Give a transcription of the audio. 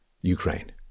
Ukraine